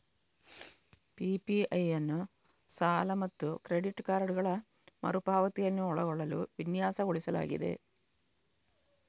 PPI ಅನ್ನು ಸಾಲ ಮತ್ತು ಕ್ರೆಡಿಟ್ ಕಾರ್ಡುಗಳ ಮರು ಪಾವತಿಯನ್ನು ಒಳಗೊಳ್ಳಲು ವಿನ್ಯಾಸಗೊಳಿಸಲಾಗಿದೆ